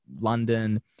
London